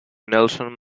nelson